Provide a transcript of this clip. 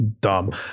dumb